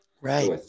Right